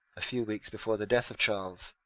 a few weeks before the death of charles.